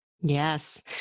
Yes